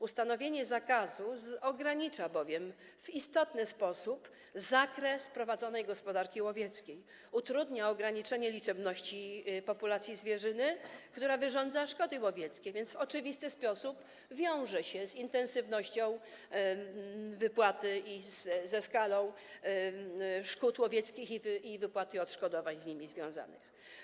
Ustanowienie zakazu ogranicza bowiem w istotny sposób zakres prowadzonej gospodarki łowieckiej, utrudnia ograniczenie liczebności populacji zwierzyny, która wyrządza szkody łowieckie, więc w oczywisty sposób wiąże się z intensywnością wypłat, ze skalą szkód łowieckich i wypłaty odszkodowań z nimi związanych.